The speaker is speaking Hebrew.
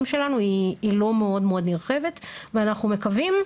שלנו היא לא מאוד מאוד נרחבת ואנחנו מקווים,